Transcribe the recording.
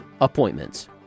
Appointments